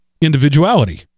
individuality